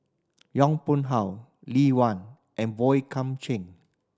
Yong Pung How Lee Wen and Boey Kam Cheng